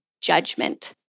judgment